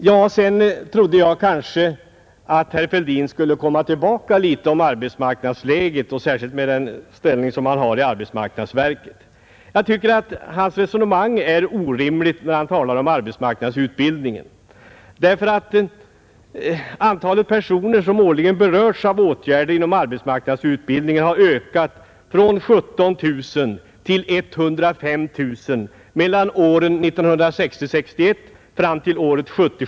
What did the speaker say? Jag trodde kanske att herr Fälldin skulle komma tillbaka till arbetsmarknadsläget, med tanke på den ställning han har i arbetsmarknadsverket. Jag tycker hans resonemang om arbetsmarknadsutbildningen är orimligt. Antalet personer som årligen berörs av åtgärder inom arbetsmarknadsutbildningen har ökat från 1700 budgetåret 1960 71.